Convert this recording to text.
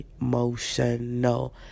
emotional